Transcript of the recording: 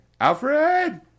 Alfred